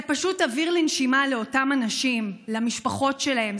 זה פשוט אוויר לנשימה לאותם אנשים, למשפחות שלהם.